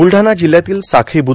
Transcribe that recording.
बुलढाणा जिल्ह्यातील साखळी बु